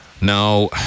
Now